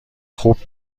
خوب